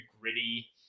gritty